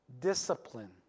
discipline